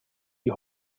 die